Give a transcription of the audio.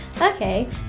Okay